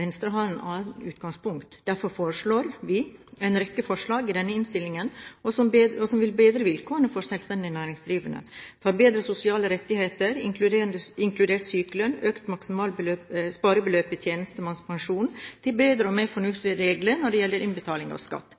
Venstre har et annet utgangspunkt. Derfor har vi en rekke forslag i denne innstillingen som vil bedre vilkårene for de selvstendig næringsdrivende, fra bedre sosiale rettigheter, inkludert sykelønn, økt maksimalt sparebeløp i tjenestepensjonsordning til bedre og mer fornuftige regler når det gjelder innbetaling av skatt.